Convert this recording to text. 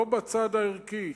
לא בצד הערכי,